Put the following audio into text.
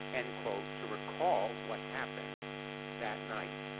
and to recall what happened that night.